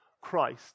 Christ